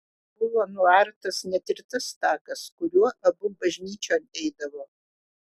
buvo nuartas net ir tas takas kuriuo abu bažnyčion eidavo